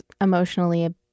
emotionally